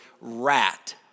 rat